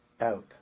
out